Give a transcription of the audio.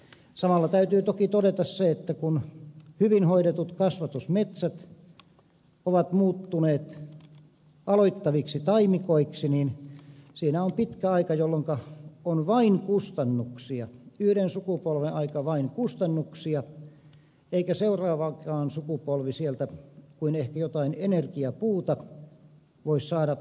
samalla täytyy toki todeta se että kun hyvin hoidetut kasvatusmetsät ovat muuttuneet aloittaviksi taimikoiksi siinä on pitkä aika jolloinka on vain kustannuksia yhden sukupolven aika vain kustannuksia eikä seuraavakaan sukupolvi sieltä kuin ehkä jotain energiapuuta voi saada tuloiksi